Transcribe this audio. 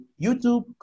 YouTube